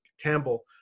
Campbell